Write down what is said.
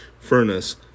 furnace